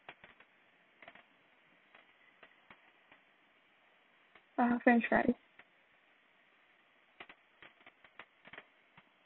uh french fries